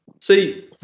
See